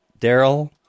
Daryl